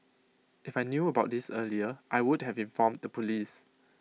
if I knew about this earlier I would have informed the Police